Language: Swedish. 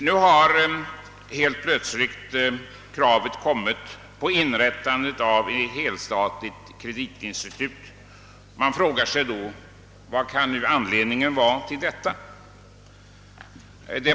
Nu har plötsligt krav rests på inrättandet av ett helstatligt kreditinstitut. Vad kan då anledningen vara härtill?